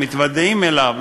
מתוודעים אליו,